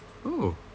oh